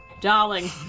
Darling